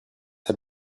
had